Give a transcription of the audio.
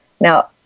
Now